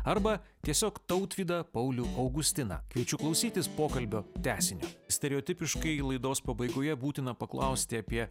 arba tiesiog tautvydą paulių augustiną kviečiu klausytis pokalbio tęsinio stereotipiškai laidos pabaigoje būtina paklausti apie